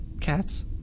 cats